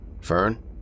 Fern